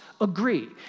agree